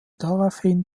daraufhin